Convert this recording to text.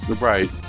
Right